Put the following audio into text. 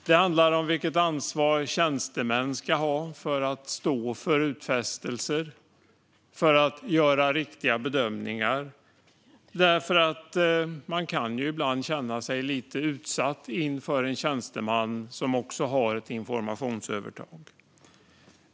Det kan handla om vilket ansvar tjänstemän ska ha för att stå för utfästelser och för att göra riktiga bedömningar. Man kan ibland känna sig lite utsatt inför en tjänsteman, som också har ett informationsövertag.